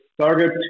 target